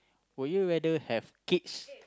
will you rather have kids